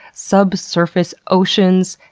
subsurface oceans,